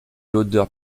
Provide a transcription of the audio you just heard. l’odeur